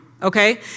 Okay